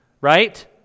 right